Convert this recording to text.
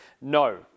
No